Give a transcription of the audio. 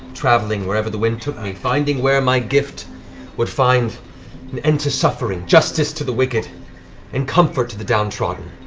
traveling wherever the wind took me, finding where my gift would find an end to suffering, justice to the wicked and comfort to the downtrodden.